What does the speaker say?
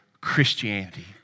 Christianity